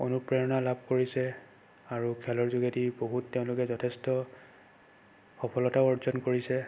অনুপ্ৰেৰণা লাভ কৰিছে আৰু খেলৰ যোগেদি বহুত তেওঁলোকে যথেষ্ট সফলতাও অৰ্জন কৰিছে